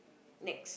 next